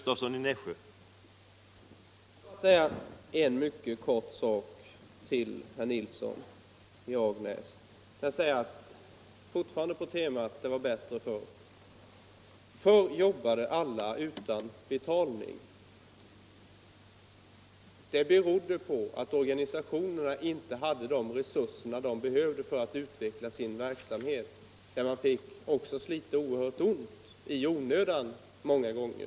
Herr talman! Jag vill bara rikta ett mycket kort inlägg till herr Nilsson i Agnäs. Han talar fortfarande på temat: Det var bättre förr. Då jobbade alla utan betalning. Det berodde på att organisationerna inte hade de resurser som de behövde domsorganisatio för att utveckla sin verksamhet. Men man fick också slita oerhört ont, i onödan många gånger.